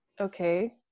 okay